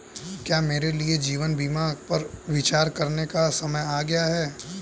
क्या मेरे लिए जीवन बीमा पर विचार करने का समय आ गया है?